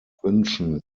wünschen